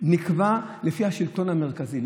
נקבע לפי השלטון המרכזי.